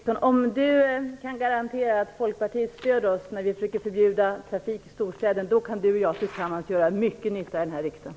Fru talman! Om Eva Eriksson, kan garantera att Folkpartiet stöder oss när vi försöker förbjuda trafik i storstäder kan vi två tillsammans göra mycket nytta i den här riksdagen.